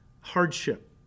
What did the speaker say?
hardship